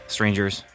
Strangers